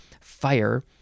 fire